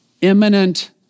imminent